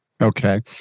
Okay